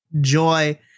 joy